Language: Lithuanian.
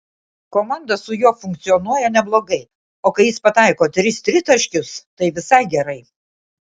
komanda su juo funkcionuoja neblogai o kai jis pataiko tris tritaškius tai visai gerai